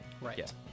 Right